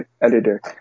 editor